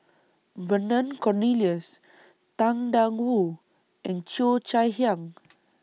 Vernon Cornelius Tang DA Wu and Cheo Chai Hiang